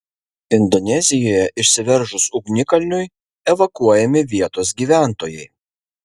indonezijoje išsiveržus ugnikalniui evakuojami vietos gyventojai